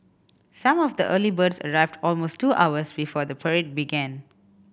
some of the early birds arrived almost two hours before the parade began